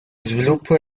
sviluppo